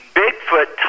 bigfoot